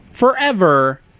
Forever